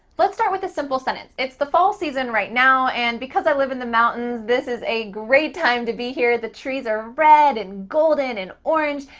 let's start with a simple sentence. it's the fall season right now, and because i live in the mountains this is a great time to be here. the trees are red and golden and orange.